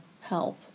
help